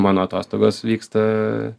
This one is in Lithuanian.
mano atostogos vyksta